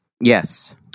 Yes